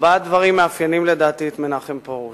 ארבעה דברים מאפיינים, לדעתי, את מנחם פרוש.